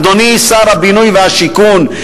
אדוני שר הבינוי והשיכון.